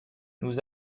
nous